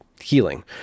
healing